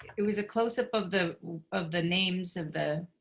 it was a close up of the of the names of the,